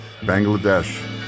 Bangladesh